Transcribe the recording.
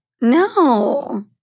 no